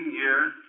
years